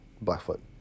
Blackfoot